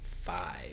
five